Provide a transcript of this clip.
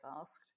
asked